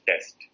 Test